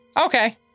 Okay